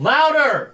Louder